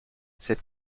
cette